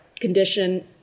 condition